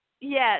Yes